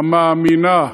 המאמינה,